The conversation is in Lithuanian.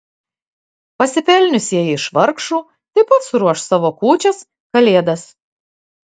pasipelniusieji iš vargšų taip pat suruoš savo kūčias kalėdas